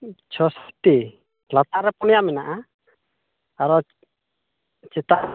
ᱪᱷᱚᱥ ᱴᱤ ᱞᱟᱛᱟᱨ ᱨᱮ ᱯᱩᱱᱮᱭᱟ ᱢᱮᱱᱟᱜᱼᱟ ᱟᱨᱳ ᱪᱮᱛᱟᱱᱨᱮ